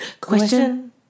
Question